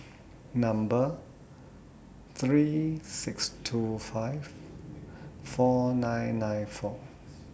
Number three six two five four nine nine four